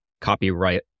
copyright